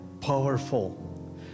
powerful